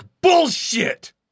bullshit